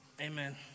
Amen